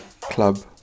club